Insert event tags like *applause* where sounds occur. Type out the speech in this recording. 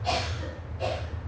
*coughs*